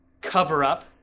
cover-up